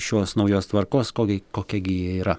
šios naujos tvarkos kokia kokia gi ji yra